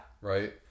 Right